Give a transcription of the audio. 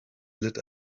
lit